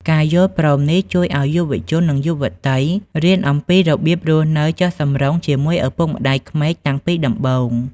ការយល់ព្រមនេះជួយឱ្យយុវជន និងយុវតីរៀនអំពីរបៀបរស់នៅចុះសម្រុងជាមួយឪពុកម្ដាយក្មេកតាំងពីដំបូង។